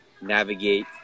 navigate